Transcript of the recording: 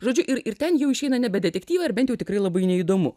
žodžiu ir ir ten jau išeina nebe detektyvai ar bent jau tikrai labai neįdomu